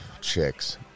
chicks